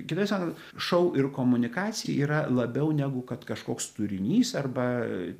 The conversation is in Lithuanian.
kitaip sakant šou ir komunikacija yra labiau negu kad kažkoks turinys arba